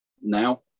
now